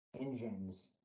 engines